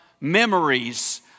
memories